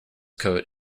coat